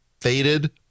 faded